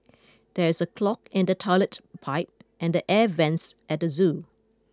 there is a clog in the toilet pipe and the air vents at the zoo